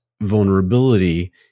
vulnerability